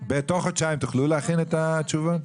בתוך חודשיים תוכלו להכין את התשובות?